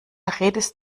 redest